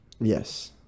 Yes